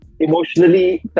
Emotionally